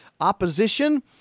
opposition